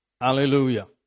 Hallelujah